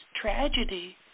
tragedy